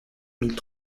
mille